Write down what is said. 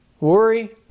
worry